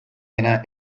dena